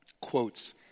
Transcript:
quotes